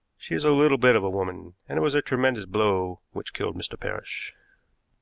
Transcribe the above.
she is a little bit of a woman, and it was a tremendous blow which killed mr. parrish.